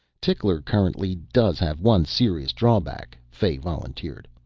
tickler currently does have one serious drawback, fay volunteered.